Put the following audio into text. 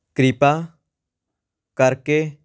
ਕਿਰਪਾ ਕਰਕੇ